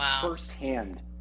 firsthand